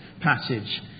passage